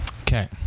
okay